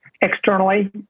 externally